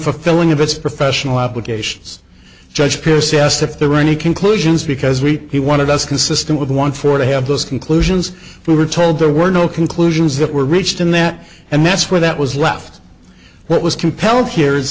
fulfilling of its professional obligations judge pierce asked if there were any conclusions because we he wanted us consistent with one for to have those conclusions we were told there were no conclusions that were reached in that and that's where that was left what was compelled here